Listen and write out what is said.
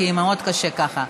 כי מאוד קשה ככה.